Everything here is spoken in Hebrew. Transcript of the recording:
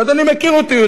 ואדוני מכיר אותי,